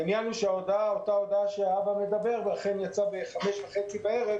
העניין הוא שאותה הודעה שהאבא מדבר עליה אכן יצאה ב-17:30 בערב